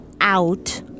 out